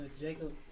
Jacob